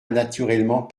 naturellement